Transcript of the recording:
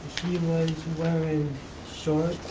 was wearing shorts.